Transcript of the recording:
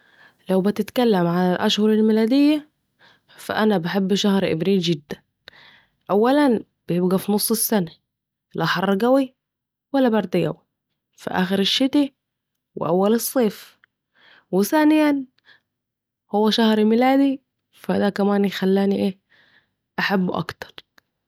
لو بتتكلم على الأشهر الميلادية، فأنا بحب شهر أبريل جدًا. أولًا: بيبقى في النص، لا حر قوي ولا برد، قوي في آخر الشتاء وأول الصيف. ثانيا: ، هو شهر ميلادي فده خلاني أحبه أكثر.